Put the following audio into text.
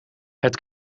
het